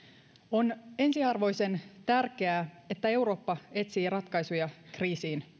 on ensiarvoisen tärkeää että eurooppa etsii ratkaisuja kriisiin